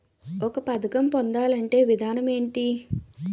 ఒక పథకం పొందాలంటే విధానం ఏంటి?